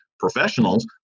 professionals